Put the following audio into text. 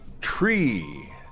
tree